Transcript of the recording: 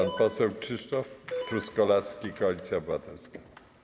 Pan poseł Krzysztof Truskolaski, Koalicja Obywatelska.